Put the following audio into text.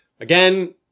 again